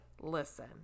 listen